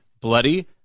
bloody